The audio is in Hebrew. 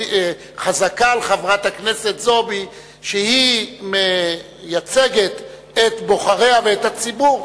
חזקה על חברת הכנסת זועבי שהיא מייצגת את בוחריה ואת הציבור,